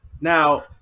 Now